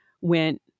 went